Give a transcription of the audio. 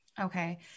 Okay